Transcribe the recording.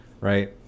right